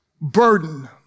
burden